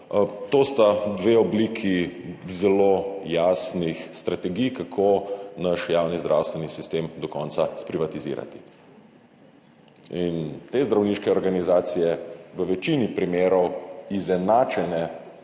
dve obliki zelo jasnih strategij, kako naš javni zdravstveni sistem do konca sprivatizirati. In te zdravniške organizacije, v večini primerov izenačene